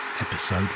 Episode